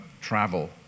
travel